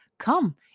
Come